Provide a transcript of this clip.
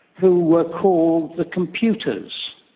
who were called the computers,